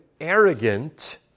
arrogant